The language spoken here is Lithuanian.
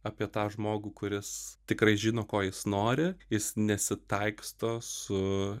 apie tą žmogų kuris tikrai žino ko jis nori jis nesitaiksto su